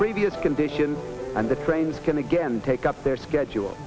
previous condition and the trains can again take up their schedule